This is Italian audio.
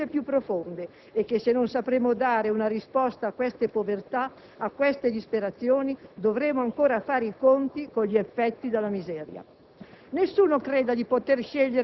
portano con sé ingiustizie più profonde e che se non sapremo dare una risposta a queste povertà e a queste disperazioni, dovremo ancora fare i conti con gli effetti della miseria.